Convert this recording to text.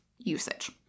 Usage